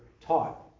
taught